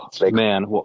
man